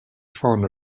fond